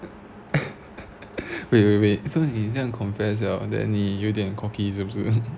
wait wait wait so 你这样 confess liao then 你有点 cocky 是不是